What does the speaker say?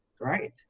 right